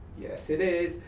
yes it is.